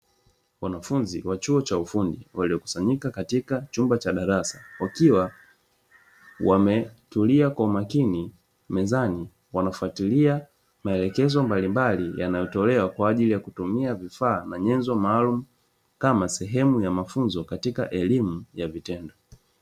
Wanafunzi wa chuo cha ufundi waliokusanyika katika chumba cha darasa, wakiwa wametulia kwa makini mezani wanafuatilia maelekezo mbalimbali yanayotolewa kwaajili ya kutumia vifaa na nyenzo maalumu, kama sehemu ya mafunzo katika elimu ya vitendo.